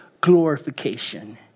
glorification